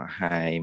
hai